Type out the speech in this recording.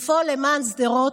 לפעול למען שדרות,